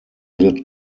lid